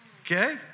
Okay